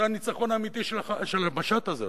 זה הניצחון האמיתי של המשט הזה,